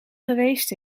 geweest